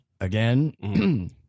Again